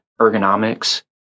ergonomics